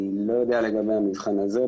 אני לא יודע לגבי המבחן הזה,